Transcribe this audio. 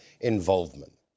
involvement